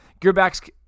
Gearbox